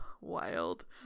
wild